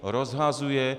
Rozhazuje.